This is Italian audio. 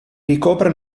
ricopre